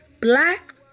black